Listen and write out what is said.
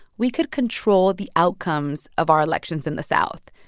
we could control the outcomes of our elections in the south.